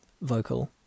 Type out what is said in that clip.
vocal